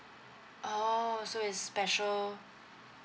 oh so is special